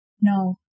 No